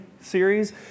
series